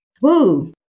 Woo